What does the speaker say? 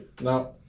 No